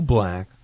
Black